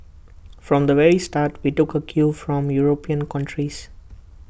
from the very start we took A cue from european countries